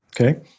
Okay